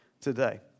today